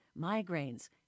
migraines